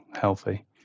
healthy